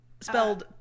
spelled